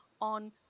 on